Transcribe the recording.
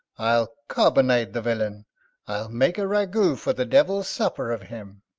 i'll carbonade the villain, i'll make a ragout for the devil's supper of him.